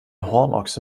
hornochse